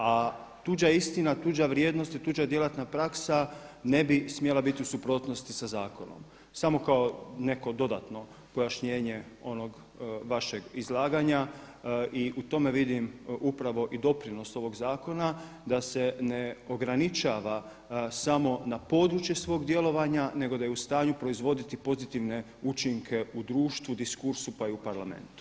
A tuđa istina, tuđa vrijednost i tuđa djelatna praksa ne bi smjela biti u suprotnosti sa zakonom, samo kao neko dodatno pojašnjenje onog vašeg izlaganja i u tome vidim upravo i doprinos ovog zakona da se ne ograničava samo na područje svog djelovanja nego da je u stanju proizvoditi pozitivne učinke u društvu, diskursu pa i u Parlamentu.